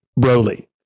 Broly